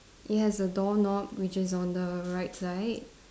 it has a doorknob which is on the right side